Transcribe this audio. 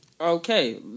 Okay